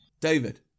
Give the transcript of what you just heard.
David